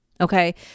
okay